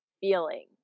feeling